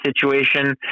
situation